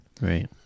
Right